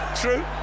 True